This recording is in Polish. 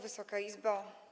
Wysoka Izbo!